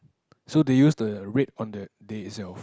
so they use the rate on the day itself